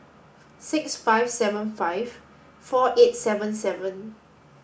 six five seven five four eight seven seven